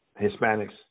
Hispanics